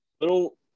little